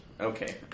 Okay